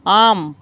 ஆம்